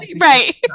Right